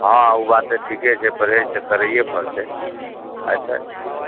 हँ ओ बात तऽ ठीके छै परहेज तऽ करैये पड़तै अच्छा ठीक